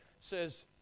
says